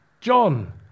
John